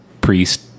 priest